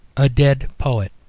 a dead poet